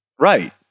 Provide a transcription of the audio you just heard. Right